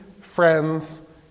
friends